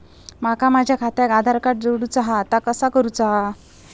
माका माझा खात्याक आधार कार्ड जोडूचा हा ता कसा करुचा हा?